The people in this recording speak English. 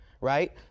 right